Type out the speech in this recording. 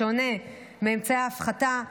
בשונה מאמצעי ההפחתה,